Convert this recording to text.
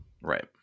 Right